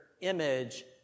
image